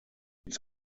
its